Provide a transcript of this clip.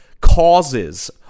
causes